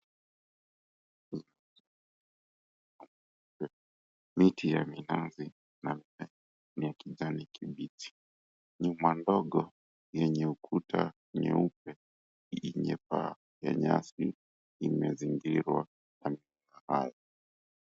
Miti ya minazi minne ya kijani kibichi. Nyumba ndogo yenye ukuta nyeupe yenye paa ya nyasi imezingirwa hayo